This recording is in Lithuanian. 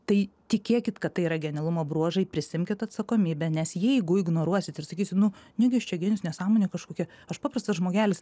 tai tikėkit kad tai yra genialumo bruožai prisiimkit atsakomybę nes jeigu ignoruosit ir sakysit nu negi aš čia genijus nesąmonė kažkokia aš paprastas žmogelis